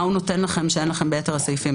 השאלה היא מה הוא נותן לכם שאין לכם בסעיפים אחרים.